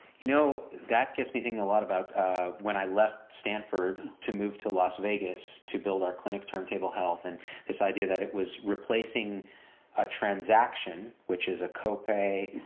you know that gets me thinking a lot about when i left stanford to move to las vegas to build our clinic, turntable health, and this idea that it was replacing a transaction which is a copay,